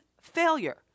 failure